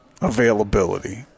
availability